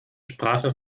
sprache